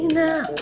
now